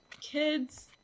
kids